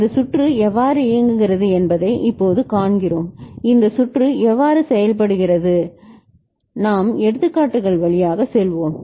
இந்த சுற்று எவ்வாறு இயங்குகிறது என்பதை இப்போது காண்கிறோம் இந்த சுற்று எவ்வாறு செயல்படுகிறது நாம் எடுத்துக்காட்டுகள் வழியாக செல்வோம்